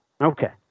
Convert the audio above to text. Okay